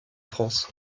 france